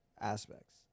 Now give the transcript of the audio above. aspects